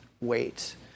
wait